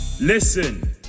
Listen